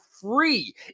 free